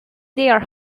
their